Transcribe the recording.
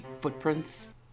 footprints